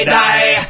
die